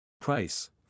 Price